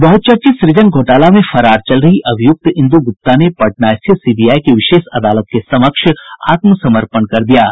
बहुचर्चित सुजन घोटाला में फरार चल रही अभियुक्त इंदु गुप्ता ने पटना स्थित सीबीआई की विशेष अदालत के समक्ष आत्मसमर्पण कर दिया है